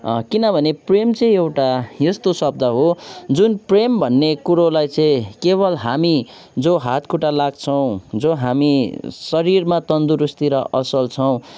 किनभने प्रेम चाहिँ एउटा यस्तो शब्द हो जुन प्रेम भन्ने कुरोलाई चाहिँ केवल हामी जो हात खुट्टा लाग्छौँ जो हामी शरीरमा तन्दुरुस्ती र असल छौँ